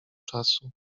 czasu